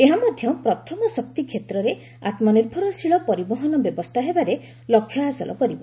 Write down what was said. ଏହା ମଧ୍ୟ ପ୍ରଥମ ଶକ୍ତି କ୍ଷେତ୍ରରେ ଆତ୍ମନିର୍ଭରଶୀଳ ପରିବହନ ବ୍ୟବସ୍ଥା ହେବାର ଲକ୍ଷ୍ୟ ହାସଲ କରିବ